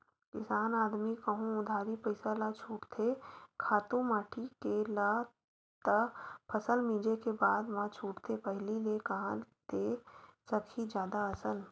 किसान आदमी कहूँ उधारी पइसा ल छूटथे खातू माटी के ल त फसल मिंजे के बादे म छूटथे पहिली ले कांहा दे सकही जादा असन